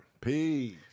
Peace